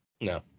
No